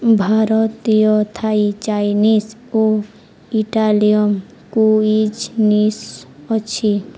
ଭାରତୀୟ Thai Chinese ଓ ଇଟାଲୀୟମ୍ କୁଇଜିନ୍ସ ଅଛି